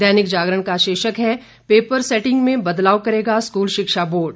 दैनिक जागरण का शीर्षक है पेपर सेटिंग में बदलाव करेगा स्कूल शिक्षा बोर्ड